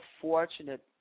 fortunate